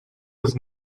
vous